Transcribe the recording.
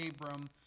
Abram